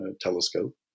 telescope